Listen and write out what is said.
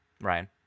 ryan